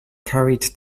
carried